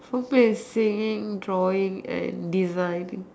probably singing drawing and designing